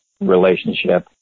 relationship